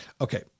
Okay